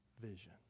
vision